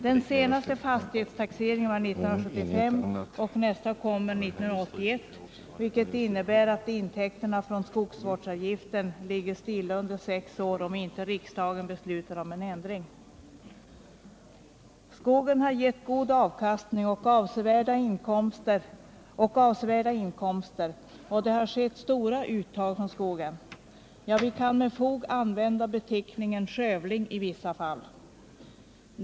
Den senaste fastighetstaxeringen var 1975 och nästa kommer 1981, vilket innebär att intäkterna från skogsvårdsavgiften ligger stilla under sex år om inte riksdagen beslutar om en ändring. Skogen har gett god avkastning och avsevärda inkomster, och det har skett stora uttag från skogen. Ja, vi kan med fog använda beteckningen skövling i vissa fall.